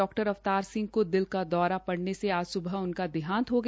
डॉ अवतार सिंह को दिल का दौरा पड़ने से आज सुबह उनका देहांत हो गया